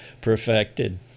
perfected